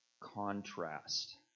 contrast